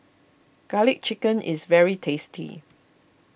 Garlic Chicken is very tasty